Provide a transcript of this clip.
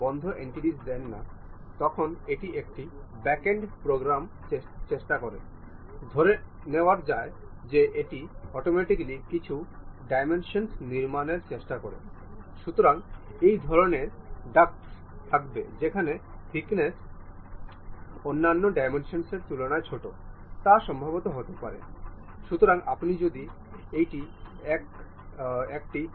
এই ইঞ্জিনটি গতিশীল দেখতে সলিডওয়ার্কস এছাড়াও এই সিমুলেশন বৈশিষ্ট্য